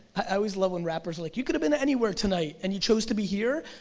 i always love when rappers are like, you could have been anywhere tonight and you chose to be here.